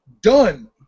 done